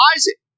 Isaac